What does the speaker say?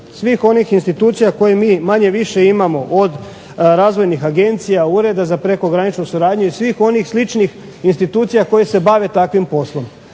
svih onih institucije koje mi manje-više imamo. Od razvojnih agencija, ureda za prekograničnu suradnju i svih onih sličnih institucija koje se bave takvim poslom.